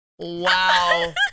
wow